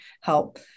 help